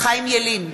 חיים ילין,